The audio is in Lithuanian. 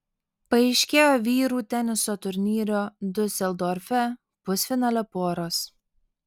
paaiškėjo vyrų teniso turnyro diuseldorfe pusfinalio poros